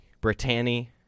Brittany